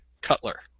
Cutler